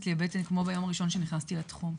לי הבטן כמו ביום הראשון שנכנסתי לתחום.